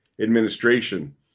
administration